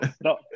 No